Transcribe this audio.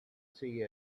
see